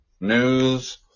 news